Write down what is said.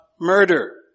murder